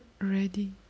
ready